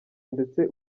ndetse